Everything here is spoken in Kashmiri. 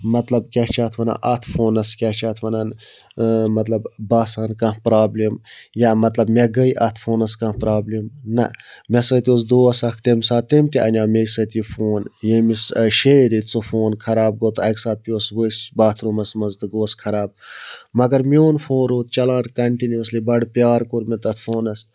مطلب کیٛاہ چھِ اتھ وَنان اَتھ فونَس کیٚاہ چھِ اتھ وَنان مطلب باسان کانٛہہ پرٛابلِم یا مطلب مےٚ گٔے اَتھ فونَس کانٛہہ پرٛابلِم نہَ مےٚ سۭتۍ اوس دوس اَکھ تَمہِ ساتہٕ تٔمۍ تہِ اَنیاو مۓ سۭتۍ یہِ فون ییٚمِس شٔے ریٚتۍ سُہ فون خراب گوٚو تہٕ اَکہِ ساتہٕ پٮ۪وُس ؤسۍ باتھ روٗمَس منٛز تہٕ گووس خراب مگر میٛون فون روٗد چلان کَنٹِنیووسلی بَڈٕ پیار کوٚر مےٚ تَتھ فونَس